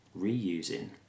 reusing